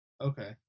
okay